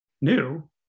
new